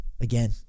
again